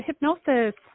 hypnosis